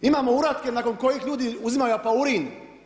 Imamo uratke nakon kojih ljudi uzimaju apaurin.